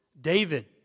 David